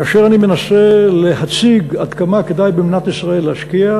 כאשר אני מנסה להציג עד כמה כדאי במדינת ישראל להשקיע,